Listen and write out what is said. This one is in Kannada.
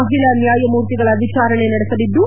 ಮಹಿಳಾ ನ್ಯಾಯಮೂರ್ತಿಗಳು ವಿಚಾರಣೆ ನಡೆಸಲಿದ್ದು